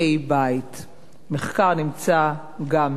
המחקר נמצא גם בידי.